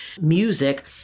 music